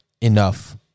enough